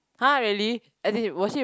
!huh! really as in will she